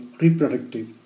reproductive